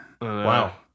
wow